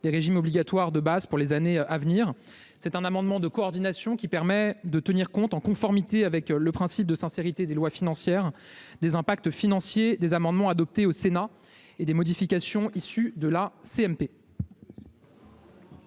des régimes obligatoires de base pour les années à venir. Il s'agit d'un amendement de coordination, dont l'adoption permettrait de tenir compte, en conformité avec le principe de sincérité des lois financières, des impacts financiers des amendements adoptés au Sénat, ainsi que des modifications effectuées